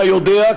אתה יודע,